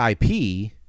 IP